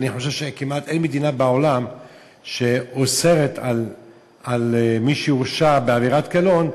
אני חושב שכמעט אין מדינה בעולם שאוסרת על מי שהורשע בעבירת קלון,